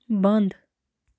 بنٛد